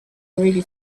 already